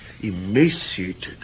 emaciated